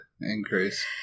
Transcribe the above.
increase